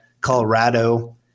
Colorado